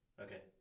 okay